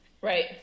right